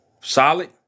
Solid